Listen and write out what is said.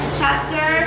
chapter